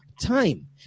time